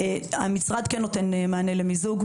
המשרד כן נותן מענה למיזוג.